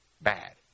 bad